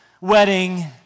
wedding